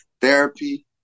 therapy